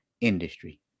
industry